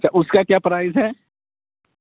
اچھا اس کا کیا پرائز ہے